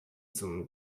zum